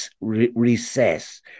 recess